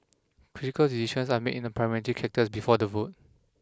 critical decisions are made in a Parliamentary Caucus before the vote